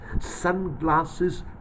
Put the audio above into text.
sunglasses